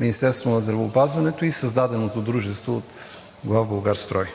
Министерството на здравеопазването и създаденото дружество от „Главбулгарстрой“.